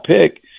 pick